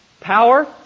Power